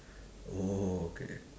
oh okay